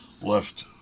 left